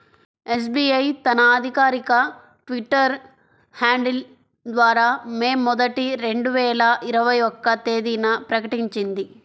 SBI తన అధికారిక Twitter handle ద్వారా మే మొదటి, రెండు వేల ఇరవై ఒక్క తేదీన ప్రకటించింది